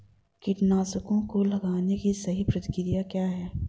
कीटनाशकों को लगाने की सही प्रक्रिया क्या है?